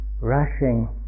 rushing